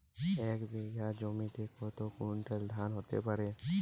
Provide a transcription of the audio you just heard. এক বিঘা জমিতে কত কুইন্টাল ধান হতে পারে?